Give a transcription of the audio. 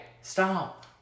stop